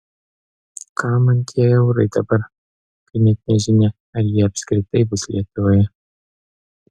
kam man tie eurai dabar kai net nežinia ar jie apskritai bus lietuvoje